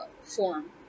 form